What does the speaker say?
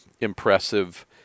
impressive